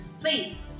please